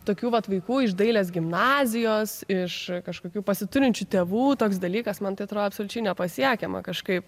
tokių vat vaikų iš dailės gimnazijos iš kažkokių pasiturinčių tėvų toks dalykas man tai atrodo absoliučiai nepasiekiama kažkaip